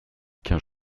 qu’un